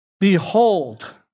Behold